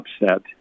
upset